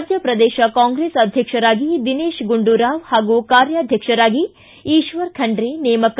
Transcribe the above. ರಾಜ್ಯ ಪ್ರದೇಶ ಕಾಂಗ್ರೆಸ್ ಅಧ್ಯಕ್ಷರಾಗಿ ದಿನೇಶ್ ಗುಂಡೂರಾವ್ ಪಾಗೂ ಕಾರ್ಯಾಧ್ಯಕ್ಷರಾಗಿ ಈಶ್ವರ ಖಂಡ್ರೆ ನೇಮಕ